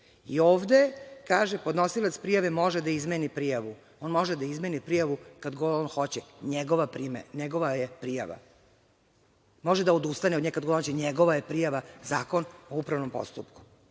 kaže – podnosilac prijave može da izmeni prijavu. On može da izjavi prijavu kad god on hoće. NJegova je prijava. Može da odustane od nje kad hoće, njegova je prijava, Zakon o upravnom postupku.